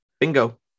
Bingo